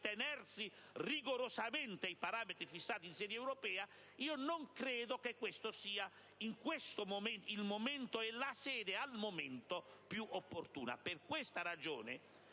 attenersi rigorosamente ai parametri fissati in sede europea, non credo che questo sia il momento e la sede adesso più opportuna. Esclusivamente